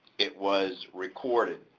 it was recorded.